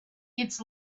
its